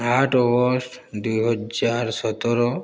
ଆଠ ଅଗଷ୍ଟ ଦୁଇ ହଜାର ସତର